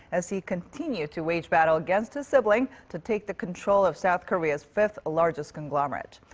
as he continues to wage battle against his sibling to take the control of south korea's fifth-largest conglomerate.